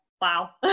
wow